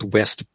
West